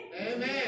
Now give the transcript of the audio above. Amen